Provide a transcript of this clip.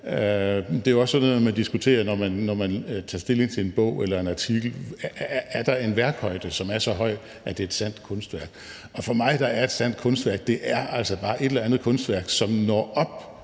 Det er jo også sådan noget, man diskuterer, når man tager stilling til en bog eller en artikel: Er der en værkhøjde, som er så høj, at det er et sandt kunstværk? Og for mig er et sandt kunstværk altså bare et eller andet kunstværk, som når op